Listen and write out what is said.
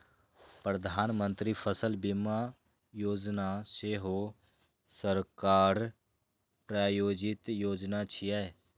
प्रधानमंत्री फसल बीमा योजना सेहो सरकार प्रायोजित योजना छियै